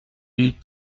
eut